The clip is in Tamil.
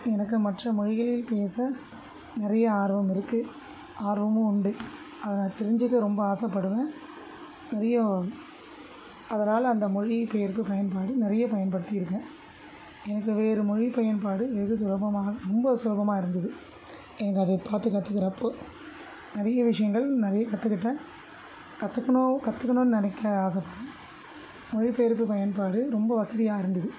எனக்கு மற்ற மொழிகளில் பேச நிறைய ஆர்வம் இருக்குது ஆர்வமும் உண்டு அதை நான் தெரிஞ்சுக்க ரொம்ப ஆசைப்படுவேன் நிறைய அதனால் அந்த மொழிபெயர்ப்பு பயன்பாடு நிறைய பயன்படுத்தியிருக்கேன் எனக்கு வேறு மொழி பயன்பாடு வெகு சுலபமாக ரொம்ப சுலபமாக இருந்தது எனக்கு அது பார்த்து கத்துக்கிறப்போ நிறைய விஷயங்கள் நிறைய கற்றுக்கிட்டேன் கத்துக்கணும் கத்துக்கணும்னு நினைக்க ஆசைப்படுறேன் மொழிபெயர்ப்பு பயன்பாடு ரொம்ப வசதியாக இருந்தது